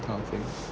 kind of thing